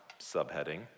subheading